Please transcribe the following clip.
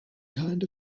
kind